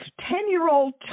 Ten-year-old